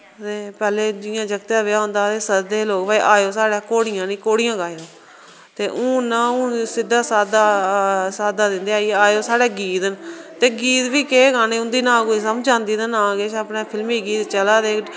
ते पैह्ले जि'यां जाकतै दा ब्याह् होंदा हा ते सद्ददे हे लोक भाई आएयो साढ़ै घोड़ियां निं घोड़ियां गाएओ ते हून ना हून सिद्धा साद्दा साद्दा दिंदे आई आएयो साढ़ै गीत न ते गीत बी केह् गाने उं'दी ना कोई समझ आंदी ते ना किश अपनै फिल्मी गीत चला दे